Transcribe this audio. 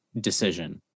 decision